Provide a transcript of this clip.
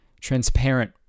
transparent